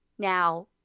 Now